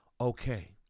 okay